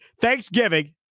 Thanksgiving